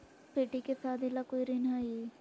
बेटी के सादी ला कोई ऋण हई?